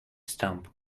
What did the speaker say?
stamp